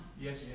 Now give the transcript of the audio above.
Yes